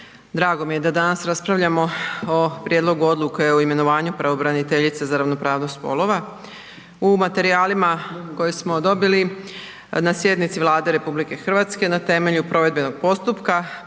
Drago mi je da danas raspravljamo o Prijedlogu odluke o imenovanju pravobraniteljice za ravnopravnost spolova. U materijalima koje smo dobili na sjednici Vlade RH na temelju provedbenog postupka